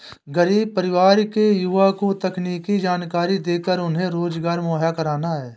गरीब परिवार के युवा को तकनीकी जानकरी देकर उन्हें रोजगार मुहैया कराना है